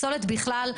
פסולת בכלל.